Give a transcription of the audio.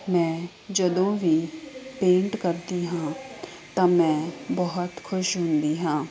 ਮੈਂ ਜਦੋਂ ਵੀ ਪੇਂਟ ਕਰਦੀ ਹਾਂ ਤਾਂ ਮੈਂ ਬਹੁਤ ਖੁਸ਼ ਹੁੰਦੀ ਹਾਂ